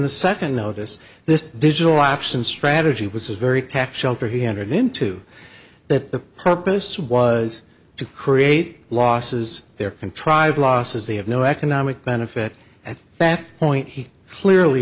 the second notice this digital option strategy was a very tax shelter he entered into that the purpose was to create losses there contrived losses they have no economic benefit at that point he clearly